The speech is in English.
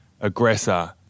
aggressor